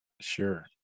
Sure